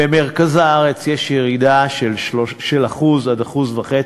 במרכז הארץ יש ירידה של 1% 1.5%,